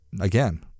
again